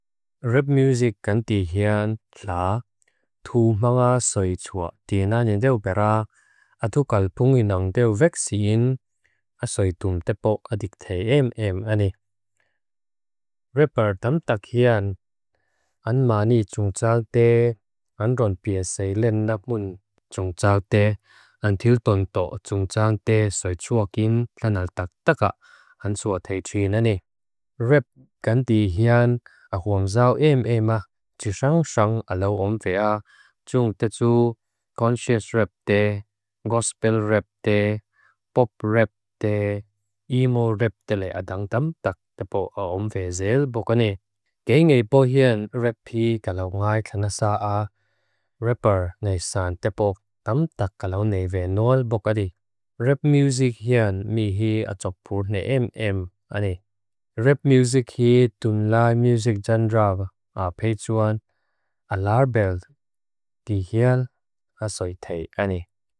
Rep Music kan tihian tlaa, thu maa soi chua tiananendew peraa, athu kalpunginangdew veksiin, a soi tum tepok adik the em em ani. Repar tam tak hian, an maani jung tsalte, an ron piasei len nap mun jung tsalte, an til ton to jung tsalte soi chua kin lanal tak taka, an sua the chwin ani. Rep kan tihian ahuang zao em ema, chishang shang alau ompea, jung tetu conscious rep de, gospel rep de, pop rep de, emo rep dele adang tam tak tepok alau ompea zeil boka ne. Ke ngay po hian rep hii kalau ngay kanasa a, repar nei san tepok, tam tak kalau nei ve nol boka de. Rep Music hian mi hii atuapur ne em em ani. Rep Music hii tumlaa music jendraw, a pey chuan, a larbeld, tihian, a soi the ani.